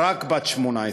רק בת 18,